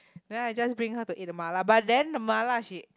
then I just bring her to eat the mala but then the mala she